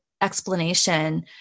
explanation